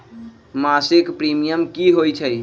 मासिक प्रीमियम की होई छई?